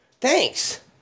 thanks